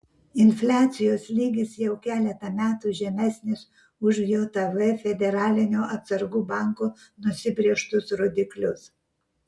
infliacijos lygis jau keletą metų žemesnis už jav federalinio atsargų banko nusibrėžtus rodiklius